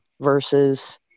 versus